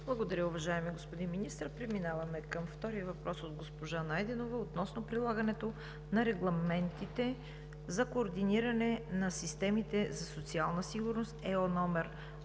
Благодаря Ви, уважаеми господин Министър. Преминаваме към втория въпрос от госпожа Найденова относно прилагането на регламентите за координиране на системите за социална сигурност ЕО № 883